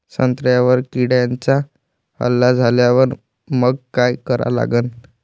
संत्र्यावर किड्यांचा हल्ला झाल्यावर मंग काय करा लागन?